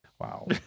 Wow